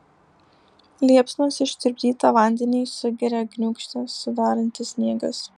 liepsnos ištirpdytą vandenį sugeria gniūžtę sudarantis sniegas